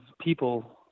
people